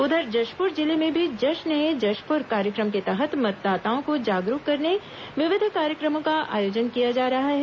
उधर जशपुर जिले में भी जश्न ए जशपुर कार्यक्रम के तहत मतदाताओं को जागरूक करने विविध कार्यक्रमों का आयोजन किया जा रहा है